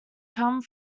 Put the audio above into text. come